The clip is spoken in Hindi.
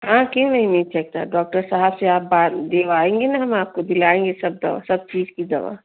हाँ क्यों नहीं मिल सकते डॉक्टर साहब से आप बा दिवाएँगे ना हम आपको दिलाएँगे सब दवा सब चीज़ की दवा